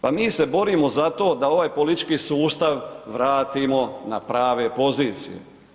Pa mi se borimo za to da ovaj politički sustav vratimo na prave pozicije.